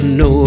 no